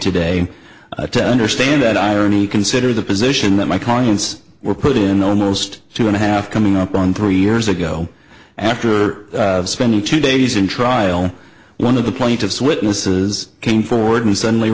today to understand that irony consider the position that my colleagues were put in almost two and a half coming up on three years ago and after spending two days in trial one of the plaintiffs witnesses came forward and suddenly